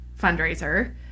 fundraiser